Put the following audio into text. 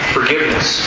Forgiveness